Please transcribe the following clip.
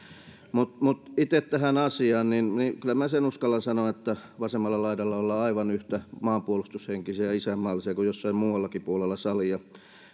mutta mutta itse tähän asiaan kyllä minä sen uskallan sanoa että vasemmalla laidalla ollaan aivan yhtä maanpuolustushenkisiä ja isänmaallisia kuin jossain muuallakin puolella salia